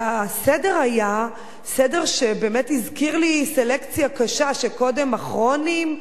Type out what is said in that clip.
והסדר היה סדר שבאמת הזכיר לי סלקציה קשה שקודם הכרוניים,